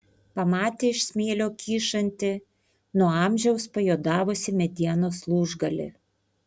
pamatė iš smėlio kyšantį nuo amžiaus pajuodavusį medienos lūžgalį